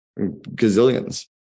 gazillions